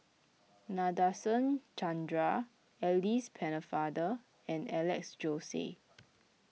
Nadasen Chandra Alice Pennefather and Alex Josey